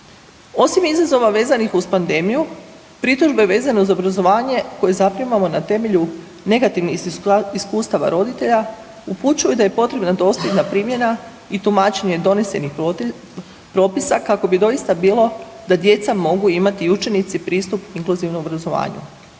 Osim izazova vezanih uz pandemiju, pritužbe vezano uz obrazovanje koje zaprimamo na temelju negativnih iskustava roditelja, upućuju da je potrebna dosljedna primjena i tumačenje donesenih propisa kao bi doista bilo da djeca mogu imati i učenici pristup inkluzivnom obrazovanju.